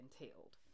entailed